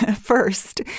first